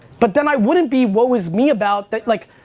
but, then i wouldn't be whoa is me about that like,